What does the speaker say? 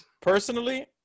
Personally